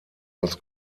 als